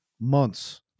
months